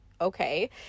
okay